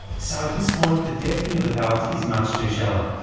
so at this point the depthing of the pallets is much too shallow.